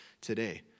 today